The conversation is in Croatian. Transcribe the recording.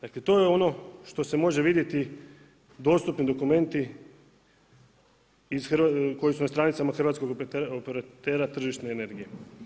Dakle, to je ono što se može vidjeti, dostupni dokumenti koji su na stranicama hrvatskog operatera tržišne energije.